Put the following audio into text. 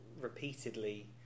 repeatedly